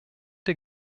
der